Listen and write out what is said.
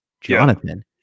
Jonathan